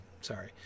Sorry